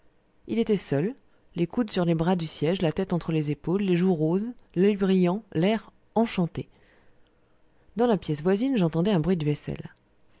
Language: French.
il était seul les coudes sur les bras du siège la tête entre les épaules les joues roses l'oeil brillant l'air enchanté dans la pièce voisine j'entendais un bruit de vaisselle